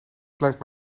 blijft